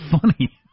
funny